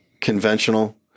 conventional